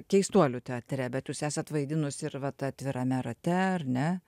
keistuolių teatre bet jūs esat vaidinusi ir vat atvirame rate ar ne